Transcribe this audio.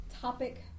topic